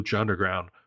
Underground